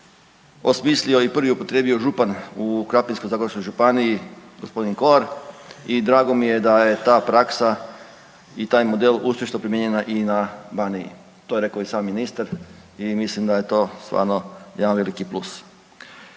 osmislio i prvi upotrijebio župan u Krapinsko-zagorskoj županiji gospodin Kolar. I drago mi je da je ta praksa i taj model uspješno primijenjena i na Baniji. To je rekao i sam ministar i mislim da je to stvarno jedan veliki plus.